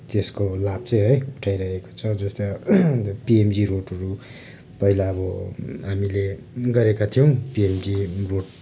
त्यसको लाभ चाहिँ है उठाइरहेको छ जस्तै अब पिएमजी रोडहरू पहिला अब हामीले गरेका थियौँ पिएमजी रोड